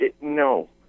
No